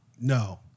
No